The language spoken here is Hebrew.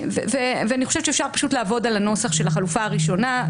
אני חושבת שאפשר פשוט לעבוד על הנוסח של החלופה הראשונה.